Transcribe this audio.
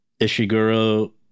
Ishiguro